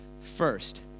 First